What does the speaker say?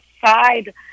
side